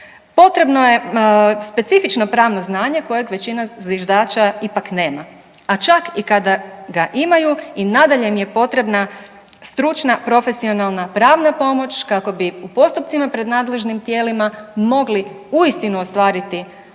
potrebno je specifično pravno znanje kojeg većina zviždača ipak nema. A čak i kada ga imaju i nadalje im je potrebna stručna profesionalna pravna pomoć kako bi u postupcima pred nadležnim tijelima mogli uistinu ostvariti ta